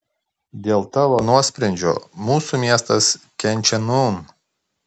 dėl tavo nuosprendžio mūsų miestas kenčia nūn